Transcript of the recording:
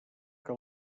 que